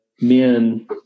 men